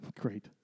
Great